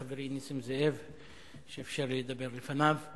ותודה לחברי נסים זאב שאפשר לי לדבר לפניו.